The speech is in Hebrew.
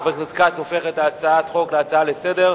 חבר הכנסת כץ הופך את הצעת החוק להצעה לסדר-היום,